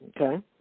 Okay